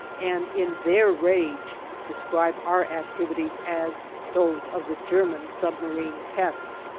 and in their rage describe our activities as those of the german submarine pest.